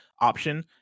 option